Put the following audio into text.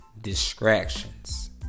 distractions